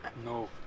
No